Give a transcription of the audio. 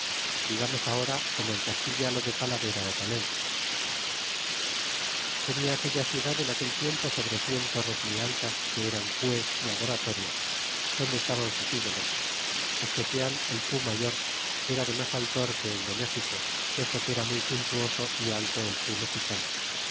digamos ahora como en castilla lo de talavera ó palencia tenia aquella ciudad en aquel tiempo sobre cien torres muy altas que eran cues é adoratorios donde estaban sus ídolos especial el cu mayor era de mas altor que el de méxico puesto que era muy suntuoso y alto el cu mexicano